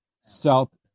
South